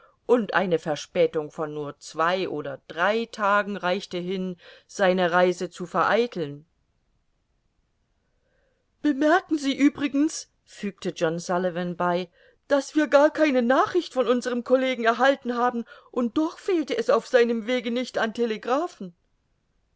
und eine verspätung von nur zwei oder drei tagen reichte hin seine reise zu vereiteln bemerken sie übrigens fügte john sullivan bei daß wir gar keine nachricht von unserem collegen erhalten haben und doch fehlte es auf seinem wege nicht an